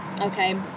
okay